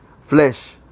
flesh